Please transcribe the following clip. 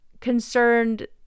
concerned